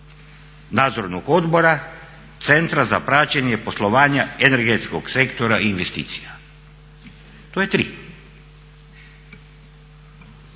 nadzornog odbora Centra za praćenje poslovanje energetskog sektora i investicija. To je tri.